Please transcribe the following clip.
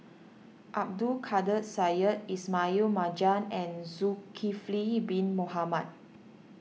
Abdul Kadir Syed Ismail Marjan and Zulkifli Bin Mohamed